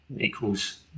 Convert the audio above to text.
equals